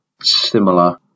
similar